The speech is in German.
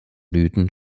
blüten